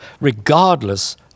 regardless